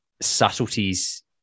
subtleties